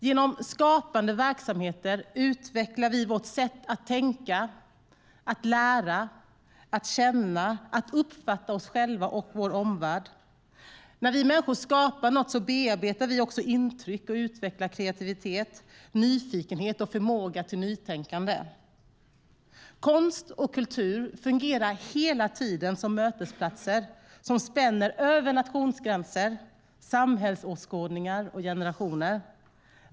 Genom skapande verksamheter utvecklar vi vårt sätt att tänka, lära, känna och uppfatta oss själva och vår omvärld. När vi människor skapar något bearbetar vi också intryck och utvecklar kreativitet, nyfikenhet och förmåga till nytänkande. Konst och kultur fungerar hela tiden som mötesplatser som spänner över nationsgränser, samhällsåskådningar och generationer.